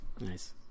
Nice